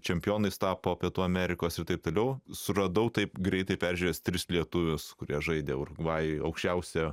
čempionais tapo pietų amerikos ir taip toliau suradau taip greitai peržiūrėjęs tris lietuvius kurie žaidė urugvajuje aukščiausio